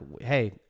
Hey